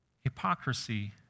hypocrisy